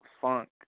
funk